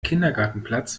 kindergartenplatz